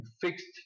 fixed